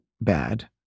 bad